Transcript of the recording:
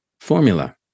formula